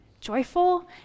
joyful